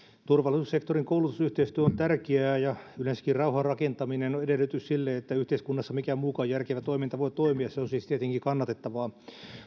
turvallisuussektorin koulutusyhteistyö on tärkeää ja yleensäkin rauhan rakentaminen on edellytys sille että yhteiskunnassa mikään muukaan järkevä toiminta voi toimia se on siis tietenkin kannatettavaa